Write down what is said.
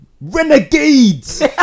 renegades